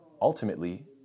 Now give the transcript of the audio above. ultimately